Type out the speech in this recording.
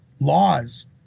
laws